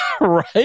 Right